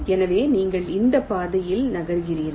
எனவே நீங்கள் இந்த பாதையில் நகர்கிறீர்கள்